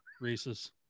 Reese's